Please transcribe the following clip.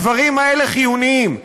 הדברים האלה חיוניים.